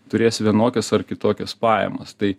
turės vienokias ar kitokias pajamas tai